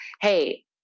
Hey